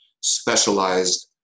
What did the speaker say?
specialized